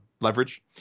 leverage